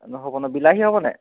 নহ'ব ন বিলাহী হ'বনে